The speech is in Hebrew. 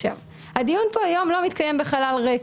הדיון פה היום לא מתקיים בחלל ריק